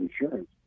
insurance